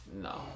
no